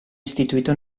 istituita